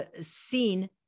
seen